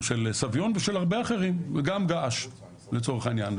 של סביון ושל הרבה אחרים וגם געש לצורך העניין,